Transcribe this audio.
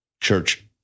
church